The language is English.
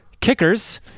Kickers